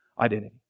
identity